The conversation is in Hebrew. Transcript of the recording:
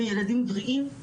הם ילדים בריאים,